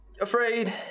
afraid